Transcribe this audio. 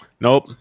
Nope